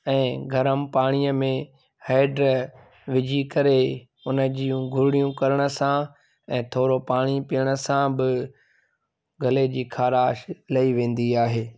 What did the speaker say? ऐं गरम पाणीअ में हैड विझी करे हुनजूं गुरड़ियूं करण सां ऐं थोरो पाणी पीअण सां बि गले जी ख़राश लही वेंदी आहे